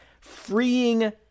Freeing